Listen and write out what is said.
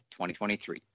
2023